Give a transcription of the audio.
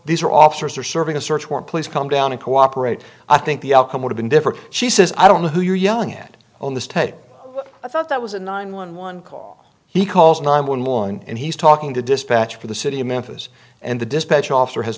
these are officers are serving a search warrant please come down and cooperate i think the outcome would have been different she says i don't know who you're yelling at on the stay i thought that was a nine one one call he calls nine one line and he's talking to dispatch for the city of memphis and the dispatch officer has